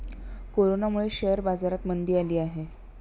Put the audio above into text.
कोरोनामुळे शेअर बाजारात मंदी आली आहे